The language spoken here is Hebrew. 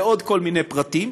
ועוד כל מיני פרטים.